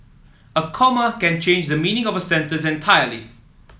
a comma can change the meaning of a sentence entirely